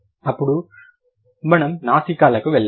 అప్పుడు మనము నాసికాలకు వెళ్తాము